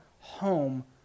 home